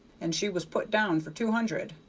and she was put down for two hundred.